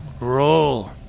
roll